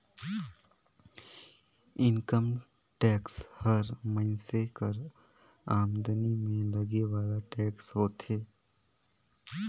income tax हर मइनसे कर आमदनी में लगे वाला टेक्स होथे